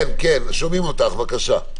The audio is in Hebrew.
שומעים אותך, בבקשה.